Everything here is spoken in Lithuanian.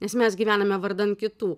nes mes gyvename vardan kitų